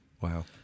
Wow